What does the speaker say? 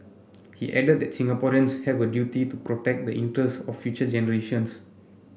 he added that Singaporeans have a duty to protect the interest of future generations